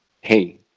hey